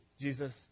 Jesus